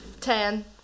ten